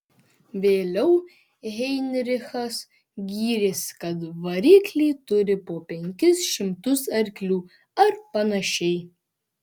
vėliau heinrichas gyrėsi kad varikliai turi po penkis šimtus arklių ar panašiai